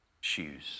shoes